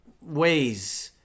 ways